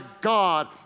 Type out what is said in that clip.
God